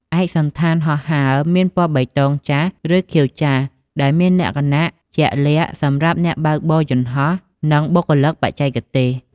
ឯកសណ្ឋានហោះហើរមានពណ៌បៃតងចាស់ ឬខៀវចាស់ ដែលមានលក្ខណៈជាក់លាក់សម្រាប់អ្នកបើកបរយន្តហោះ និងបុគ្គលិកបច្ចេកទេស។